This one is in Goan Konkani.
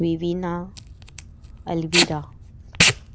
विविना अल्विरा